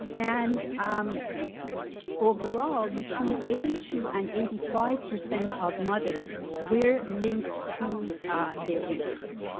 and um overall between eighty two and eighty five percent of mothers were linked to their infants.